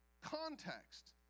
context